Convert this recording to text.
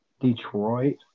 Detroit